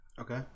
Okay